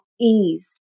ease